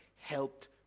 helped